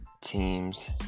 teams